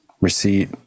receipt